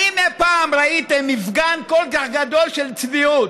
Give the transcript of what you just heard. האם אי פעם ראיתם מפגן כל כך גדול של צביעות,